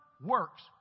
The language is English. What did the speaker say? works